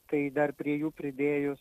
tai dar prie jų pridėjus